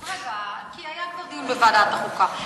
אדרבה, כבר היה דיון בוועדת חוקה.